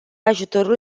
ajutorul